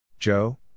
Joe